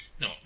No